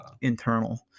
Internal